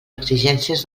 exigències